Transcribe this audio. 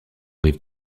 rive